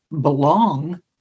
belong